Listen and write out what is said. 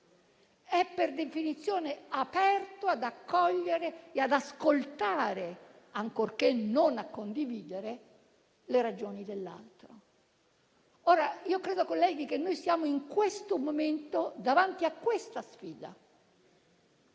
è per definizione aperto ad accogliere e ad ascoltare, ancorché non a condividere, le ragioni dell'altro. Ora io credo, colleghi, che noi siamo in questo momento davanti a questa sfida: